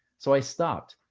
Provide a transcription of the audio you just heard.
so i stopped,